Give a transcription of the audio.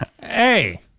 Hey